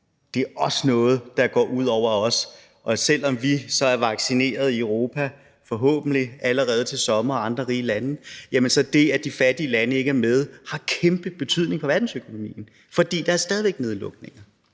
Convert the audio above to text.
Det er også noget, der går ud over os. Selv om vi så forhåbentlig er vaccineret i Europa og andre rige lande allerede til sommer, har det, at de fattige lande ikke er med, kæmpe betydning for verdensøkonomien, for der er stadig væk nedlukninger.